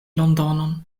londonon